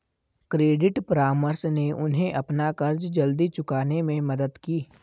credit परामर्श ने उन्हें अपना कर्ज जल्दी चुकाने में मदद की